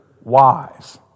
wise